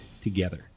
together